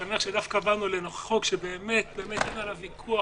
אני שמח שבאנו דווקא לחוק שבאמת אין עליו ויכוח,